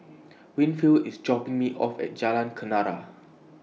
Winfield IS dropping Me off At Jalan Kenarah